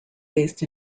based